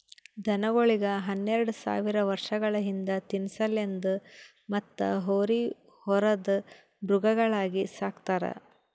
ದನಗೋಳಿಗ್ ಹನ್ನೆರಡ ಸಾವಿರ್ ವರ್ಷಗಳ ಹಿಂದ ತಿನಸಲೆಂದ್ ಮತ್ತ್ ಹೋರಿ ಹೊರದ್ ಮೃಗಗಳಾಗಿ ಸಕ್ತಾರ್